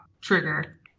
trigger